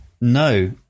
No